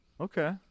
Okay